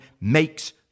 makes